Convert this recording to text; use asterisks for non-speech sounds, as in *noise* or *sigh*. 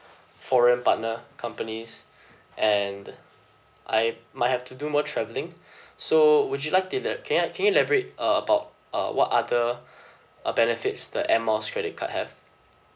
foreign partner companies *breath* and uh I might have to do more traveling *breath* so would you like to uh can I can you elaborate uh about uh what other *breath* uh benefits the air miles credit card have